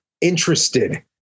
interested